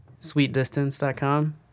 sweetdistance.com